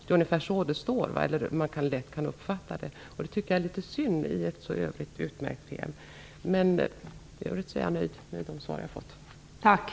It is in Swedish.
Det är ungefär så man lätt kan uppfatta det. Det tycker jag är synd i ett i övrigt så utmärkt PM. Jag är nöjd med de svar jag har fått.